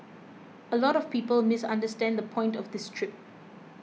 a lot of people misunderstand the point of this trip